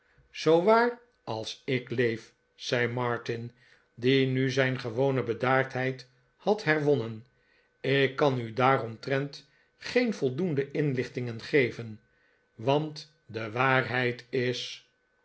zoo waar als ik leef zei margin die nu zijn gewone bedaardheid had herwonnen ik kan u daaromtrent geen voldoende inlichtingen gevenj want de waarheid is